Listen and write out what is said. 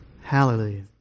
Hallelujah